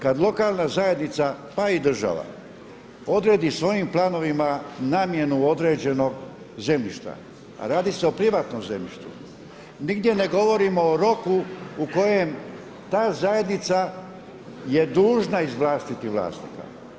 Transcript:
Kad lokalna zajednica, pa i država odredi svojim planovima namjenu određenog zemljišta, radi se o privatnom zemljištu, nigdje ne govorimo o roku u kojem ta zajednica je dužna izvlastiti vlasnika.